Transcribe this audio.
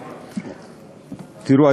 תראו,